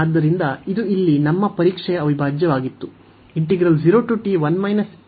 ಆದ್ದರಿಂದ ಇದು ಇಲ್ಲಿ ನಮ್ಮ ಪರೀಕ್ಷೆಯ ಅವಿಭಾಜ್ಯವಾಗಿತ್ತು